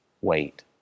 wait